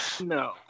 no